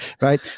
right